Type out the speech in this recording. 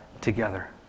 together